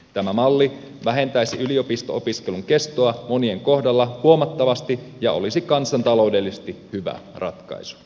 tämä malli vähentäisi yliopisto opiskelun kestoa monien kohdalla huomattavasti ja olisi kansantaloudellisesti hyvä ratkaisu